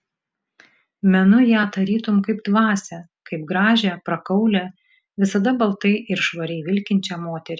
menu ją tarytum kaip dvasią kaip gražią prakaulią visada baltai ir švariai vilkinčią moterį